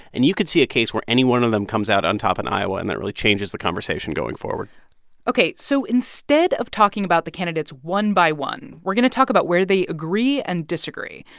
and you could see a case where any one of them comes out on top in iowa, and that really changes the conversation going forward ok. so instead of talking about the candidates one by one, we're going to talk about where they agree and disagree.